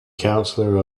counselor